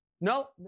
No